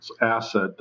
asset